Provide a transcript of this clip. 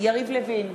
יריב לוין,